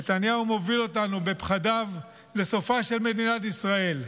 נתניהו מוביל אותנו בפחדיו לסופה של מדינת ישראל.